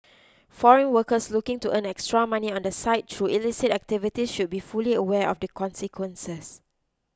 foreign workers looking to earn extra money on the side through illicit activities should be fully aware of the consequences